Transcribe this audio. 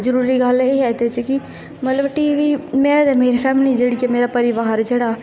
जरूरी गल्ल एह् ऐ एहदे च की टीवी जेह्ड़ी की में ते मेरी फैमिली ऐ जेह्ड़ी मेरा परिवार ऐ जेह्ड़ा